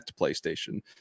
PlayStation